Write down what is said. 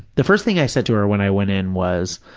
the first thing i said to her when i went in was,